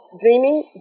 dreaming